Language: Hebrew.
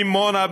דימונה,